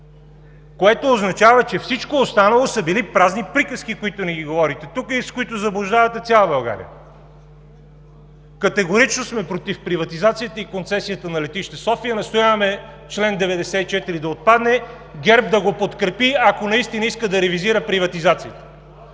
Което означава, че всичко останало са били празни приказки, които ни ги говорите тук и с които заблуждавате цяла България. Категорично сме против приватизацията и концесията на летище София. Настояваме чл. 94 да отпадне, ГЕРБ да го подкрепи, ако наистина иска да ревизира приватизацията.